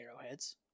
arrowheads